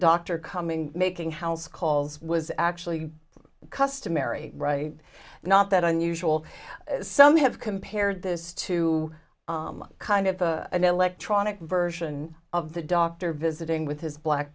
doctor coming making house calls was actually customary right not that unusual some have compared this to kind of a an electronic version of the doctor visiting with his black